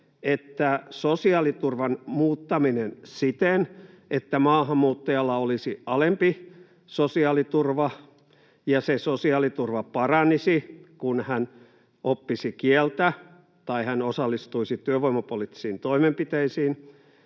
että sosiaaliturvan muuttaminen siten, että maahanmuuttajalla olisi alempi sosiaaliturva ja se sosiaaliturva paranisi, kun hän oppisi kieltä tai hän osallistuisi työvoimapoliittisiin toimenpiteisiin,